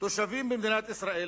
תושבים במדינת ישראל,